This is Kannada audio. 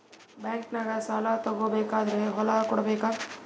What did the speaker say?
ಬ್ಯಾಂಕ್ನಾಗ ಸಾಲ ತಗೋ ಬೇಕಾದ್ರ್ ಹೊಲ ಕೊಡಬೇಕಾ?